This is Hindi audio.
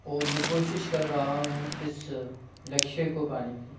और मैं कोशिश कर रहा हूँ इस लक्ष्य को पाने की